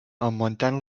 augmentant